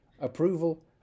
Approval